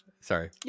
Sorry